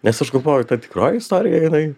nes aš galvoju ta tikroji istorija jinai